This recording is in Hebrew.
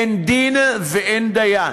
אין דין ואין דיין.